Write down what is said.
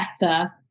better